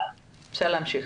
אפשר להמשיך.